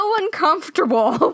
uncomfortable